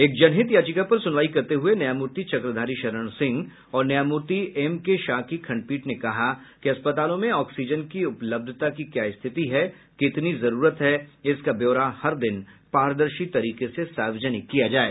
एक जनहित याचिका पर सुनवाई करते हये न्यायमूर्ति चक्रधारी शरण सिंह और न्यायमूर्ति एम के शाह की खंडपीठ ने कहा कि अस्पतालों में ऑक्सीजन की उपलब्धता की क्या स्थिति है कितनी जरूरत है इसका ब्यौरा हर दिन पारदर्शी तरीके से सार्वजनिक किया जाये